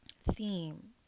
theme